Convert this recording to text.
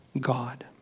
God